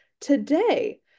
today